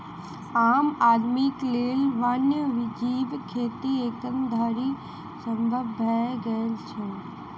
आम आदमीक लेल वन्य जीव खेती एखन धरि संभव नै भेल अछि